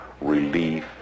relief